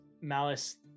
Malice